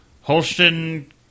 Holsten